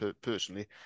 personally